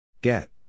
Get